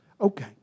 Okay